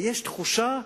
ויש תחושה,